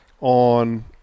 on